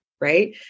right